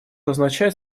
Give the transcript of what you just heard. означать